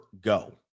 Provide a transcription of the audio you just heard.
go